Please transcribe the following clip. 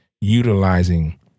utilizing